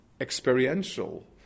experiential